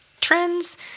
trends